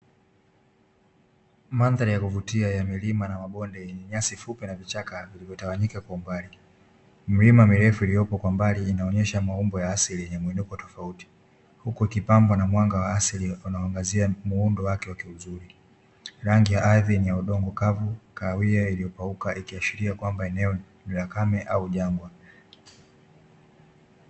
Mandhari ya kuvutia ya milima na mabonde yenye nyasi fupi na vichaka vilivyotawanyika kwa mbali. Milima mirefu iliyopo kwa mbali inaonyesha maumbo ya asili yenye muinuko tofauti, huku ikipambwa na mwanga wa asili unaoangazia muundo wake wa kiuzuri. Rangi ya ardhi yenye udongo kavu, kahawia iliyopauka ikiashiria kuwa eneo ni kame au jangwa.